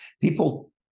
People